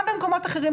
גם במקומות אחרים,